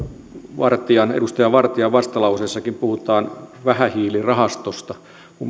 edustaja vartian vastalauseessakin puhutaan vähähiilirahastosta